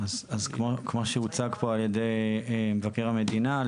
כמו שהוצג פה על ידי מבקר המדינה,